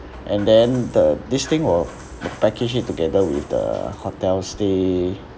and then the this thing will be packaged it together with the hotel stay